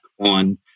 on